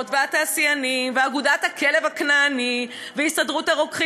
והתעשיינים ואגודת הכלב הכנעני והסתדרות הרוקחים